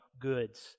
goods